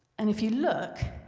and if you look